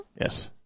Yes